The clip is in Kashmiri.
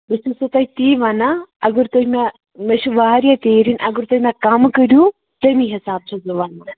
بہٕ چھَسو تۄہہِ تی وَنان اگر تُہۍ مےٚ مےٚ چھِ واریاہ تیٖر ہیٚنۍ اگر تُہۍ مےٚ کَم کٔرۍہوٗ تَمی حساب چھَس بہٕ وَنان